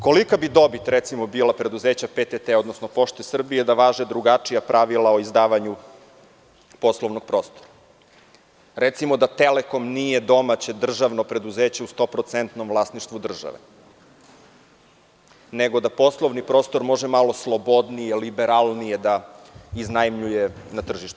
Kolika bi dobit, recimo, bila preduzeća PTT, odnosno „Pošta Srbije“ da važe drugačija pravila o izdavanju poslovnog prostora, da recimo „Telekom“ nije domaće državno preduzeće u stoprocentnom vlasništvu države, nego da poslovni prostor može malo slobodnije, liberalnije da se iznajmljuje na tržištu?